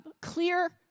clear